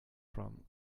from